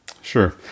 Sure